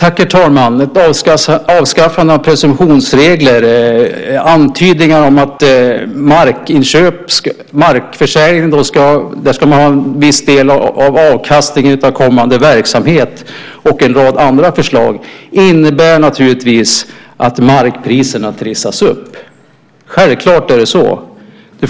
Herr talman! Avskaffande av presumtionsregler, antydningar om att man vid markförsäljning ska ha viss del av avkastningen av kommande verksamhet och en rad andra förslag innebär naturligtvis att markpriserna trissas upp. Självklart är det så. Du